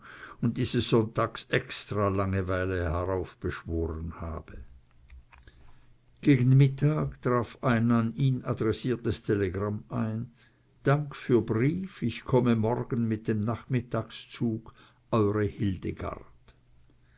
und diese sonntags extralangeweile heraufbeschworen habe gegen mittag traf ein an ihn adressiertes telegramm ein dank für brief ich komme morgen mit dem nachmittagszug eure hildegard